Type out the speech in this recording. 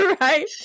right